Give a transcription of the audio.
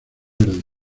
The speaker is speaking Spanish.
verde